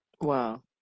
wow